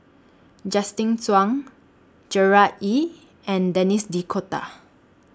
Justin Zhuang Gerard Ee and Denis D'Cotta